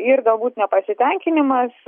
ir galbūt nepasitenkinimas